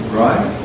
right